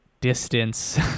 distance